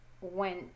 went